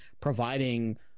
providing